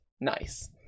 nice